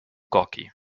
gorki